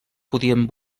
podien